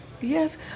Yes